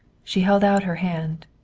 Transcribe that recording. she held out her hand.